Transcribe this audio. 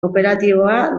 kooperatiboa